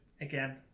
again